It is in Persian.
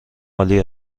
عالی